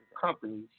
companies